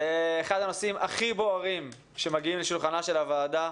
זה אחד הנושאים הכי בוערים שמגיעים לשולחנה של הוועדה.